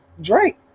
Drake